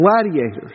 gladiators